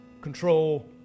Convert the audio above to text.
control